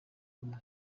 rumwe